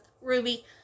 Ruby